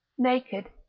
naked,